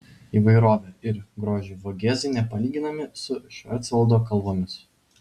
įvairove ir grožiu vogėzai nepalyginami su švarcvaldo kalvomis